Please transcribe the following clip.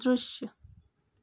दृश्य